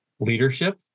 leadership